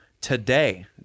today